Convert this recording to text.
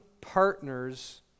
partners